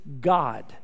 God